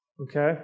Okay